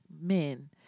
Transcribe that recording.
men